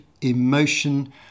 emotion